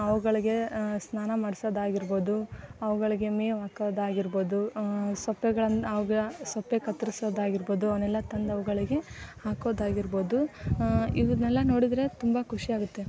ಅವುಗಳಿಗೆ ಸ್ನಾನ ಮಾಡಿಸೋದಾಗಿರ್ಬೋದು ಅವುಗಳಿಗೆ ಮೇವು ಹಾಕೋದಾಗಿರ್ಬೋದು ಸೊಪ್ಪೆಗಳನ್ನು ಅವ್ಗೆ ಸೊಪ್ಪು ಕತ್ತರಿಸೋದಾಗಿರ್ಬೋದು ಅವನ್ನೆಲ್ಲ ತಂದು ಅವುಗಳಿಗೆ ಹಾಕೋದಾಗಿರ್ಬೋದು ಇದನ್ನೆಲ್ಲ ನೋಡಿದರೆ ತುಂಬಾ ಖುಷಿಯಾಗುತ್ತೆ